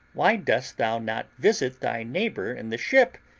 why dost thou not visit thy neighbour in the ship,